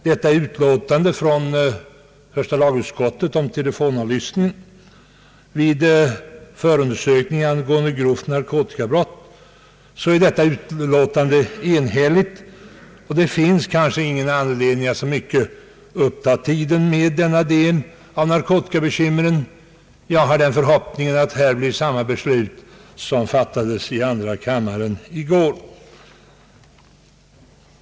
Detta utlåtande från första lagutskottet om telefonavlyssning vid förundersökning angående grovt narkotikabrott är enhälligt. Det finns därför ingen anledning att alltför mycket ta upp tiden med denna del av narkotikabekymren. Jag har den förhoppningen att vi kommer fram till samma beslut som andra kammaren fattade i går.